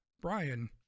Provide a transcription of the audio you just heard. Brian